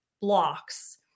blocks